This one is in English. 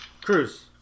Cruz